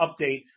update